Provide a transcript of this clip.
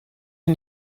ihr